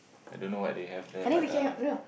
I don't know what they have there but uh